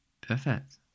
Perfect